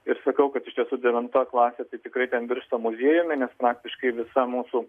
ir sakau kad iš tiesų devinta klasė tai tikrai ten virsta muziejumi nes praktiškai visa mūsų